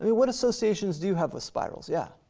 what associations do you have with spirals, yeah?